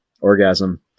orgasm